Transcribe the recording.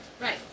Right